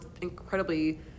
incredibly